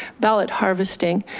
ballot harvesting.